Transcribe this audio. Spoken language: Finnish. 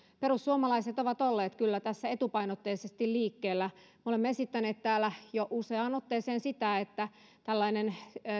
perussuomalaiset ovat olleet kyllä tässä etupainotteisesti liikkeellä olemme esittäneet täällä jo useaan otteeseen sitä että tällainen